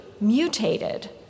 mutated